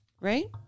right